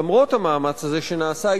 למרות המאמץ הזה שנעשה,